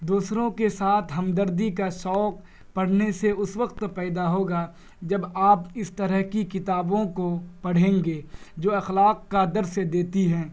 دوسروں کے ساتھ ہمدردی کا شوق پڑھنے سے اس وقت پیدا ہوگا جب آپ اس طرح کی کتابوں کو پڑھیں گے جو اخلاق کا درس دیتی ہیں